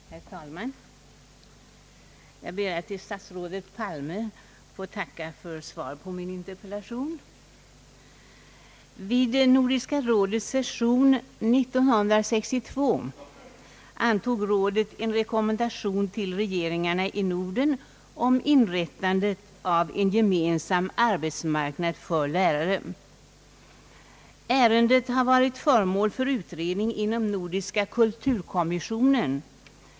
Herr talman! Jag ber att få tacka statsrådet Palme för svaret på min interpellation. Vid Nordiska rådets session 1962 antog rådet en rekommendation till regeringarna i Norden om inrättande av en gemensam arbetsmarknad för lärare. Ärendet har varit föremål för utredning inom Nordiska kulturkommissionen.